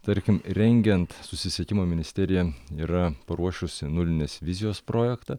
tarkim rengiant susisiekimo ministerija yra paruošusi nulinės vizijos projektą